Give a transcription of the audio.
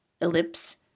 ellipse